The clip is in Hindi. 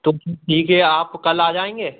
तब भी ठीक है आप कल आ जाएँगे